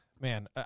Man